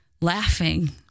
laughing